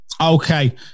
okay